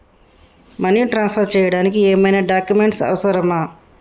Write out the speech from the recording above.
Money transfer చేయడానికి ఏమైనా documents అవసరమా?